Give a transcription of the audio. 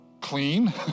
clean